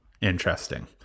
Interesting